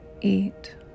Eat